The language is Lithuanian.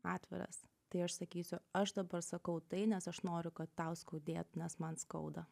atviras tai aš sakysiu aš dabar sakau tai nes aš noriu kad tau skaudėtų nes man skauda